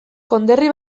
konderri